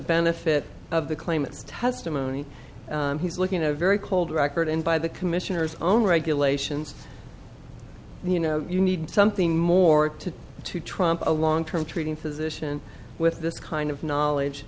benefit of the claimant's testimony he's looking at a very cold record and by the commissioner's own regulations and you know you need something more to to tromp a long term treating physician with this kind of knowledge